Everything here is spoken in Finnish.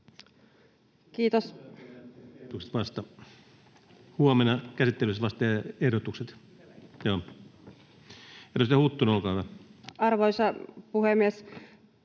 Vasta huomenna käsittelyssä tehdään ehdotukset. — Edustaja Huttunen, olkaa hyvä. Arvoisa puhemies